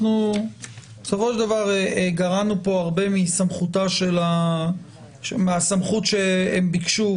בסופו של דבר גרענו פה הרבה מהסמכות שהם ביקשו,